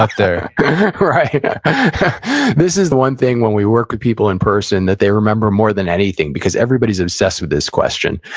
ah this is the one thing, when we work with people in person, that they remember more than anything. because, everybody's obsessed with this question.